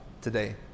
today